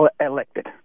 elected